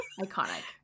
Iconic